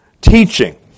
teaching